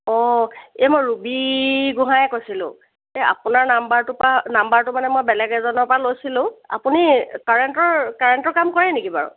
অঁ এই মই ৰুবী গোহাঁয়ে কৈছিলোঁ এই আপোনাৰ নাম্বাৰটোৰপৰা নাম্বাৰটো মানে মই বেলেগ এজনৰপৰা লৈছিলোঁ আপুনি কাৰেণ্টৰ কাৰেণ্টৰ কাম কৰে নেকি বাৰু